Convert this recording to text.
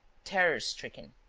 terror-stricken.